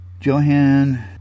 Johann